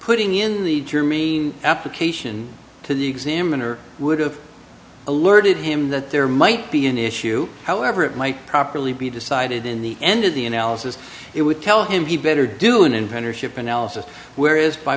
putting in the term mean application to the examiner would have alerted him that there might be an issue however it might properly be decided in the end of the analysis it would tell him he'd better do an inventor ship analysis where